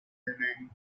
wellman